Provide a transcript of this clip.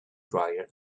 dryer